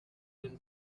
been